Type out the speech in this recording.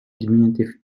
diminutive